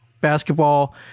basketball